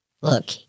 look